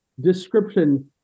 description